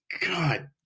God